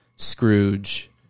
Scrooge